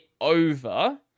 over